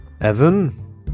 Evan